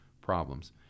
problems